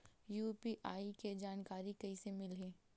UPI के जानकारी कइसे मिलही?